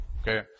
Okay